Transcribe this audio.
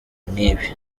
nk’ibi